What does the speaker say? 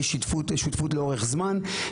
יש שותפות לאורך זמן.